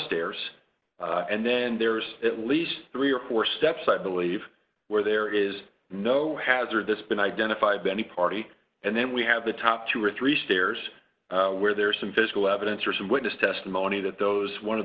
stairs and then there's at least three or four steps i believe where there is no hazard this been identified by any party and then we have the top two or three stairs where there is some physical evidence or some witness testimony that those one of